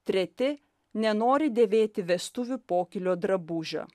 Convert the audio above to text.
treti nenori dėvėti vestuvių pokylio drabužio